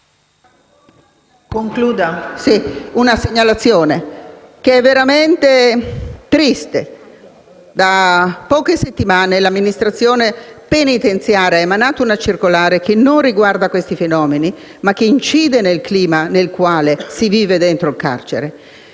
un'ultima segnalazione, che è veramente triste. Da poche settimane l'amministrazione penitenziaria ha emanato una circolare che non riguarda questi fenomeni, ma che incide sul clima nel quale si vive all'interno del carcere,